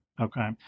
Okay